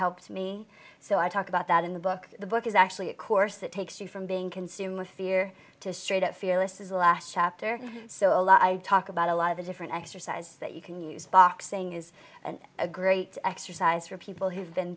helped me so i talk about that in the book the book is actually a course that takes you from being consumed with fear to straight out fearless is the last chapter so a lot i talk about a lot of the different exercises that you can use boxing is a great exercise for people who've been